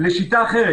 לשיטה אחרת.